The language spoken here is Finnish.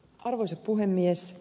arvoisa puhemies